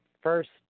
first